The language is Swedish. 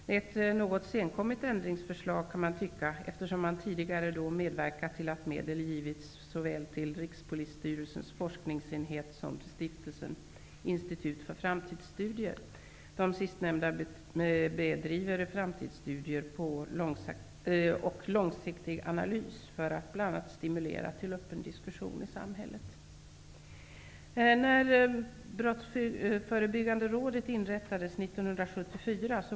Det är ett något senkommet ändringsförslag, kan man tycka, eftersom de tidigare medverkat till att medel getts såväl till Rikspolisstyrelsens forskningsenhet som till Stiftelsen Institutet för framtidsstudier. Det sistnämnda organet bedriver framtidsstudier och långsiktig analys bl.a. för att stimulera till öppen diskussion i samhället.